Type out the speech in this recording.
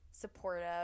supportive